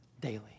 daily